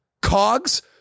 cogs